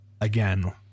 again